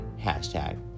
hashtag